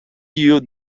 you